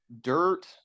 dirt